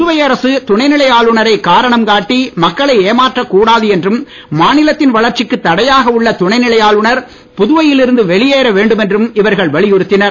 புதுவை அரசு துணைநிலை ஆளுனரைக் காரணம் காட்டி மக்களை ஏமாற்றக் கூடாது என்றும் மாநிலத்தின் வளர்ச்சிக்குத் தடையாக உள்ள துணைநிலை ஆளுனர் புதுவையில் இருந்து வெளியேற வேண்டும் என்றும் இவர்கள் வலியுறுத்தினர்